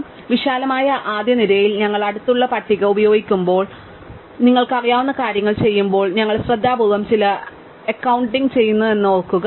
അതിനാൽ വിശാലമായ ആദ്യ തിരയലിൽ ഞങ്ങൾ അടുത്തുള്ള പട്ടിക ഉപയോഗിക്കുമ്പോൾ നിങ്ങൾക്കറിയാവുന്ന കാര്യങ്ങൾ ചെയ്യുമ്പോൾ ഞങ്ങൾ ശ്രദ്ധാപൂർവ്വം ചില അക്ക അക്കൌണ്ടിംഗ് ചെയ്തുവെന്ന് ഓർക്കുക